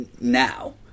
now